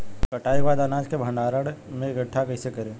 कटाई के बाद अनाज के भंडारण में इकठ्ठा कइसे करी?